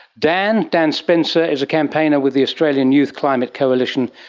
dan. dan spencer is a campaigner with the australian youth climate coalition,